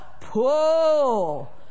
pull